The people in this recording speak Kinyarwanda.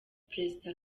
perezida